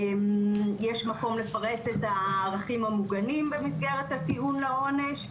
יש מקום לפרט את הערכים המוגנים במסגרת הטיעון לעונש.